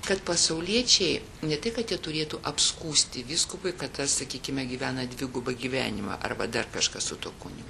kad pasauliečiai ne tik kad jie turėtų apskųsti vyskupui kad tas sakykime gyvena dvigubą gyvenimą arba dar kažkas su tuo kunigu